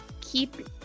keep